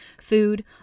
food